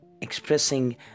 expressing